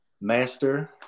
master